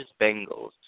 Bengals